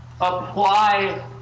apply